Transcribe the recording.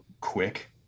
quick